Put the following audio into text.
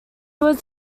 was